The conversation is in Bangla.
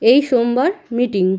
এই সোমবার মিটিং